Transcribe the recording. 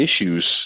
issues